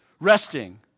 resting